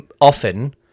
often